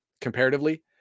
comparatively